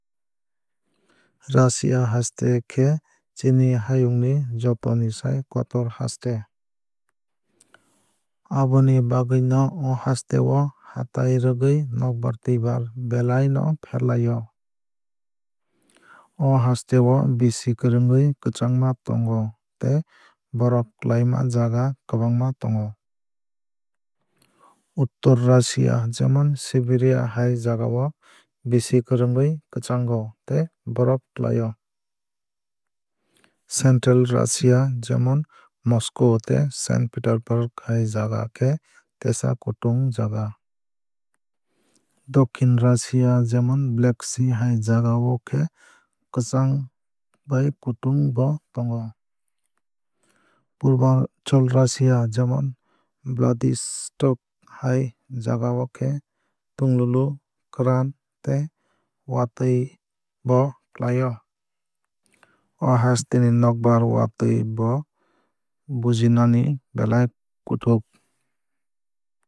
Russia haste khe chini hayung ni jotonisai kotor haste. Aboni bagwui no o haste o hatai rwgwui nokbar twuibar belai no ferlai o. O haste o bisi kwrwngwui kwchangma tongo tei borof klaima jaga kwbangma tongo. Uttor russia jemon siberia hai jagao bisi kwrwngwui kwchango tei borof klai o. Central russia jemon moscow tei saint peterberg hai jaga khe tesa kutung jaga. Dokhin russia jemon black sea hai jaga o khe kwchang bai kutung bo tongo. Purbanchal russia jemon vladivostok hai jagao khe tunglulu kwran tei watwui bo klai o. O haste ni nokbar watwui no bujinani belai kuthuk.